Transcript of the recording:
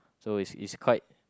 so it's it's quite